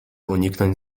uniknąć